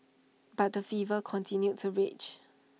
but the fever continued to rage